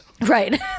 Right